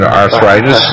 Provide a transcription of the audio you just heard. arthritis